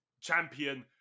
champion